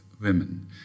women